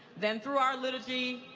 than through our liturgy,